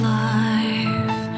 life